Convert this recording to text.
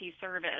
service